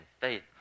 faith